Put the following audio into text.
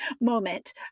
moment